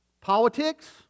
Politics